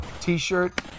t-shirt